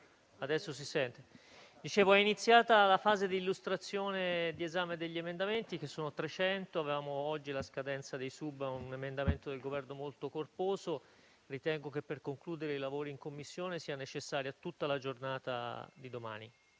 da lei citato. È iniziata la fase di illustrazione e di esame degli emendamenti, che sono 300; avevamo oggi la scadenza per presentare subemendamenti ad un emendamento del Governo molto corposo. Ritengo che per concludere i lavori in Commissione sia necessaria tutta la giornata di domani.